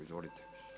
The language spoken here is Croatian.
Izvolite.